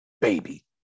baby